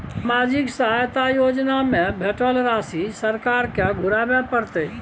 सामाजिक सहायता योजना में भेटल राशि सरकार के घुराबै परतै?